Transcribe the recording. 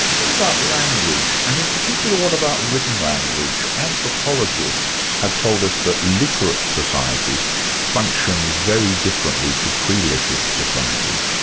what about language? and in particular, what about written language? anthropologists have told us that literate societies function very differently to pre-literate societies.